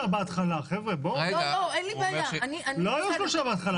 חבר'ה, לא היו שלושה בהתחלה.